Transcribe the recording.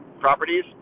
properties